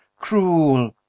Cruel